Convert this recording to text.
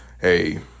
hey